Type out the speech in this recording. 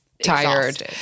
tired